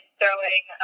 throwing